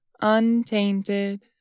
untainted